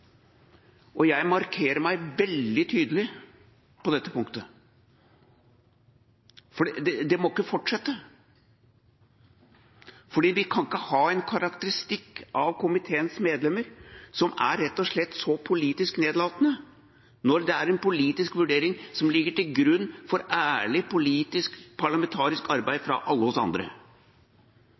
Og jeg markerer meg veldig tydelig på dette punktet, for det må ikke fortsette. Vi kan ikke ha en karakteristikk av komiteens medlemmer som er rett og slett så politisk nedlatende, når det er en politisk vurdering som ligger til grunn for ærlig politisk parlamentarisk arbeid fra alle oss andre.